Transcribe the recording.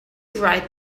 write